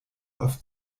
auf